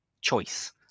choice